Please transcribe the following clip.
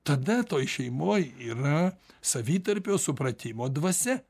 tada toj šeimoj yra savitarpio supratimo dvasia